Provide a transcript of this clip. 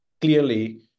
clearly